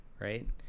Right